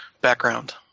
background